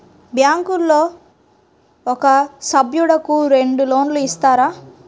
బ్యాంకులో ఒక సభ్యుడకు రెండు లోన్లు ఇస్తారా?